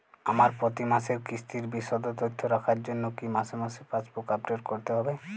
আমার প্রতি মাসের কিস্তির বিশদ তথ্য রাখার জন্য কি মাসে মাসে পাসবুক আপডেট করতে হবে?